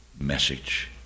message